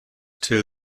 til